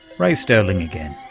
ray sterling again.